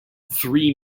three